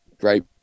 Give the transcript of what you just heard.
great